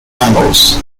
animals